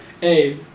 Hey